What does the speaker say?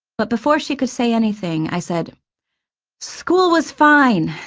but before she could say anything, i said school was fine.